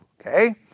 okay